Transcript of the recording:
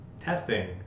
testing